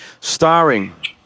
starring